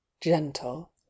gentle